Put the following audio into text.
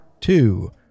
Two